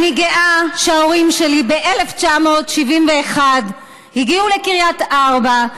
אני גאה שההורים שלי ב-1971 הגיעו לקריית ארבע,